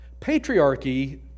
patriarchy